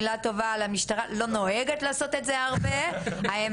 אני לא נוהגת לעשות כך הרבה האמת,